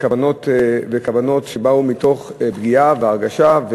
כוונות שבאו מתוך פגיעה והרגשה.